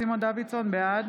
בעד